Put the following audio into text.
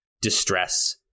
distress